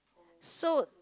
so